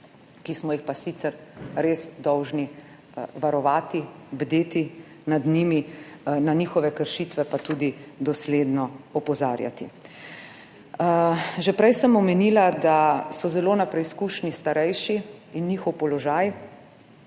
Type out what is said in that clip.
ki smo jih pa sicer res dolžni varovati, bdeti nad njimi, na njihove kršitve pa tudi dosledno opozarjati. Že prej sem omenila, da so zelo na preizkušnji starejši in njihov položaj.